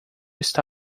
está